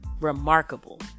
remarkable